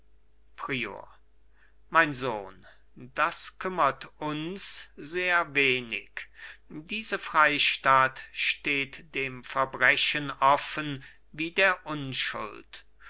prior mein sohn das kümmert uns sehr wenig diese freistatt steht dem verbrechen offen wie der unschuld